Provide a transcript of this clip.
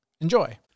Enjoy